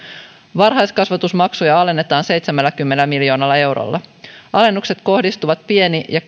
varhaiskasvatusmaksuja alennetaan seitsemälläkymmenellä miljoonalla eurolla alennukset kohdistuvat pieni ja